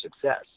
success